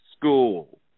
school